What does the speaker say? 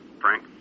Frank